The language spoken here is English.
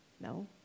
No